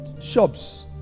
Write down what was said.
shops